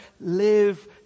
live